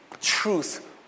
truth